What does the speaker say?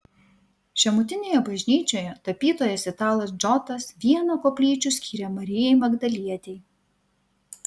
žemutinėje bažnyčioje tapytojas italas džotas vieną koplyčių skyrė marijai magdalietei